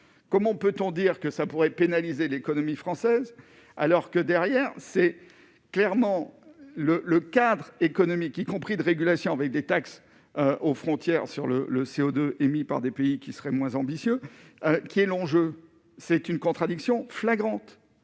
comment peut-on dire que ça pourrait être pénalisé l'économie française, alors que derrière, c'est clairement le cadre économique, y compris de régulation avec des taxes aux frontières sur le le CO2 émis par des pays qui serait moins ambitieux, qui est l'enjeu, c'est une contradiction flagrante,